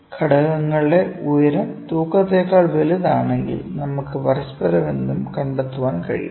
ഘടകങ്ങളുടെ ഉയരം തൂക്കത്തേക്കാൾ വലുതാണെങ്കിൽ നമുക്ക് പരസ്പരബന്ധം കണ്ടെത്താൻ കഴിയും